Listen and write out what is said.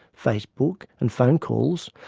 facebook and phone calls,